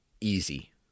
easy